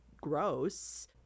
gross